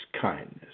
kindness